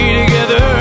together